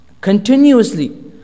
Continuously